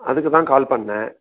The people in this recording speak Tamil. அதுக்குத் தான் கால் பண்ணேன்